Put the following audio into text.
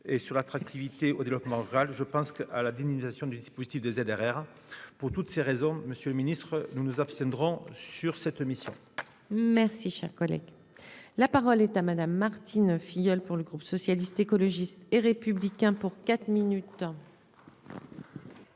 et sur l'attractivité au développement rural, je pense qu'à la dynamisation du dispositif des ZRR pour toutes ces raisons, Monsieur le Ministre, nous nous abstiendrons sur cette mission. Merci, cher collègue, la parole est à madame Martine Filleul, pour le groupe socialiste, écologiste et républicain pour quatre minutes.